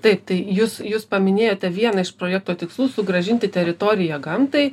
taip tai jūs jūs paminėjote vieną iš projekto tikslų sugrąžinti teritoriją gamtai